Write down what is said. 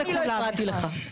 אני לא הפרעתי לך.